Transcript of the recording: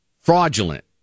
fraudulent